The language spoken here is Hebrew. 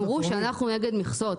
אמרו שאנחנו נגד מכסות.